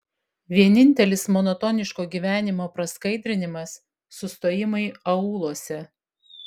vienintelis monotoniško gyvenimo praskaidrinimas sustojimai aūluose